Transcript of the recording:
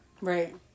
Right